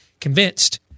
convinced